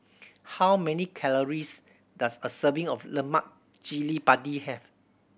how many calories does a serving of lemak cili padi have